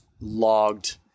logged